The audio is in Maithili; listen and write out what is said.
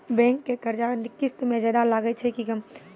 बैंक के कर्जा किस्त मे ज्यादा लागै छै कि कम?